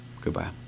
Goodbye